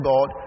God